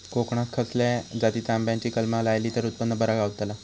कोकणात खसल्या जातीच्या आंब्याची कलमा लायली तर उत्पन बरा गावताला?